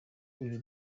uyu